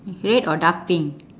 red or dark pink